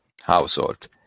household